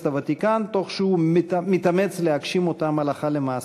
מועצת הוותיקן תוך שהוא מתאמץ להגשים אותן הלכה למעשה.